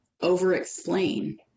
over-explain